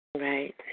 right